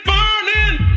Burning